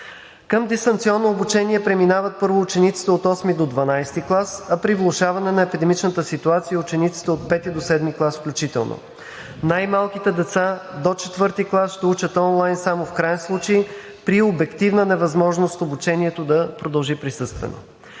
Към дистанционно обучение преминават първо учениците от VIII до XII клас, а при влошаване на епидемичната ситуация –учениците от V до VII клас включително. Най-малките деца до – IV клас, ще учат онлайн само в краен случай при обективна невъзможност обучението да продължи присъствено.